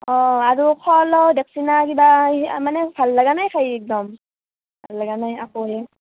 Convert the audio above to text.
অঁ আৰু খোৱা লোৱাও দেখিছে নে কিবা মানে ভাল লগা নাই খাই একদম ভাল লগা নাই একোৱে